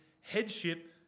headship